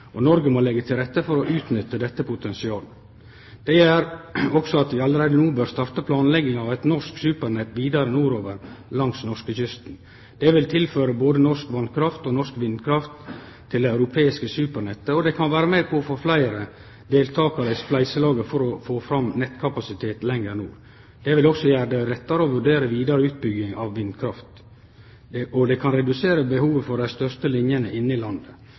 og Noreg må leggje til rette for å utnytte dette potensialet. Det gjer at vi allereie no bør starte planlegginga av eit norsk supernett vidare nordover langs norskekysten. Det vil tilføre både norsk vasskraft og norsk vindkraft til det europeiske supernettet, og det kan vere med på å få fleire deltakarar i spleiselaget for å få fram nettkapasitet lenger nord. Det vil også gjere det lettare å vurdere vidare utbygging av vindkraft, og det kan redusere behovet for dei største linene inne i landet.